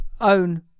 own